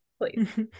please